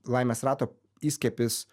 laimės rato įskiepis